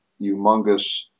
humongous